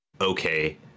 okay